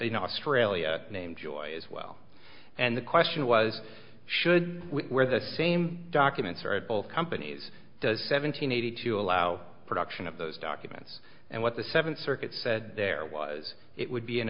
australia named joy as well and the question was should we wear the same documents for both companies the seven hundred eighty to allow production of those documents and what the seventh circuit said there was it would be an